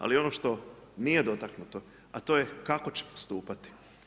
Ali ono što nije dotaknuto, a to je kako će postupati?